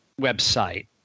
website